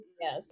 Yes